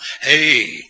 Hey